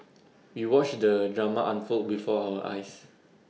we watched the drama unfold before our eyes